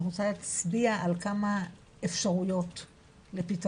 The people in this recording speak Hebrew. אני רוצה להצביע על כמה אפשרויות לפתרון.